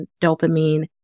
dopamine